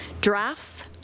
Drafts